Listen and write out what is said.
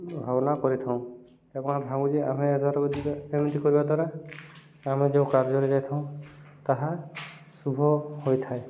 ଭାବନା କରିଥାଉଁ ଏବଂ ଭାବୁଛି ଆମେ ଏଦ୍ୱାରା ଏମିତି କରିବା ଦ୍ୱାରା ଆମେ ଯେଉଁ କାର୍ଯ୍ୟରେ ଯାଇଥାଉଁ ତାହା ଶୁଭ ହୋଇଥାଏ